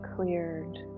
cleared